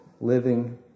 living